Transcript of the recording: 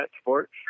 Sports